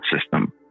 system